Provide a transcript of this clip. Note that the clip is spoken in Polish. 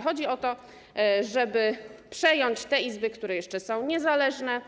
Chodzi o to, żeby przejąć izby, które jeszcze są niezależne,